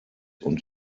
und